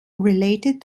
related